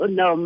no